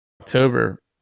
October